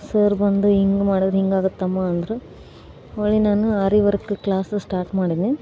sir ಬಂದು ಹೀಗೆ ಮಾಡಿದರೆ ಹೀಗೆ ಆಗುತ್ತಮ್ಮ ಅಂದರು ಅವ್ಳಿಗೆ ನಾನು ಅರಿ ವರ್ಕ್ ಕ್ಲಾಸಸ್ ಸ್ಟಾರ್ಟ್ ಮಾಡಿದೆ